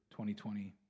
2020